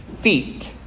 Feet